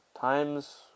times